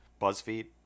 BuzzFeed